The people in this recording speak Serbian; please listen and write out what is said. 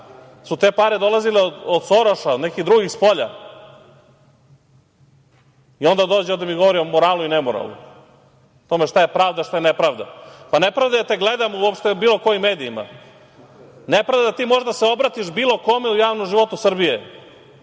su te pare dolazile od Soroša, od nekih drugih spolja? Onda dođe da mi govori o moralu i nemoralu. O tome šta je pravda, šta je nepravde. Nepravda je da te gledam uopšte na bilo kojim medijima. Nepravda je da ti možeš da se obratiš bilo kome u javnom životu Srbije.